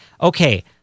okay